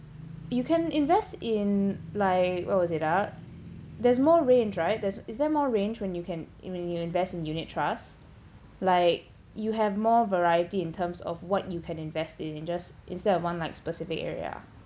you can invest in like what was it ah there's more range right there's is there more range when you can and when you invest in unit trust like you have more variety in terms of what you can invest in and just instead of one like specific area